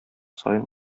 саен